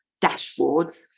dashboards